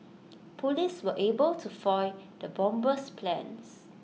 Police were able to foil the bomber's plans